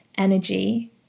energy